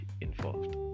involved